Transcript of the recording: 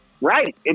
Right